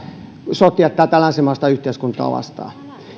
sotia tätä länsimaista yhteiskuntaa vastaan